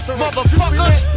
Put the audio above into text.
motherfuckers